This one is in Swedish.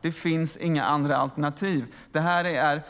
Det finns inga andra alternativ. Det här är